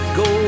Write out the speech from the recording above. go